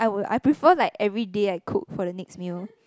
I would I prefer like everyday I cook for the next meal